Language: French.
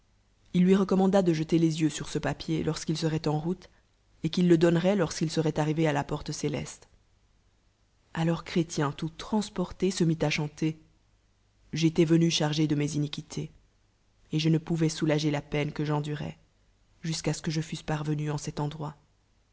il lui nœm manda de jeter les yeux sur ce pa pier ionqu'il s eroit en roule et qu'il le donnerait lorsqu'il serait arrivé à la porte célaste alors chrétien lent traqsr orte se mil à dmuter j toi veulj çbusé de mes iniquités et je ne pouvoia lotùaser la peine que j'endurais jusqu'à ce que je fusse parvenu en cet endroit